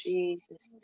Jesus